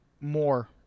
more